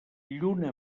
lluna